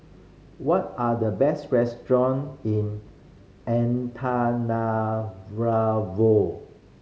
what are the best restaurants in